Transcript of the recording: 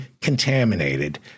contaminated